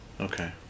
Okay